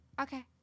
Okay